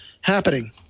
happening